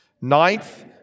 Ninth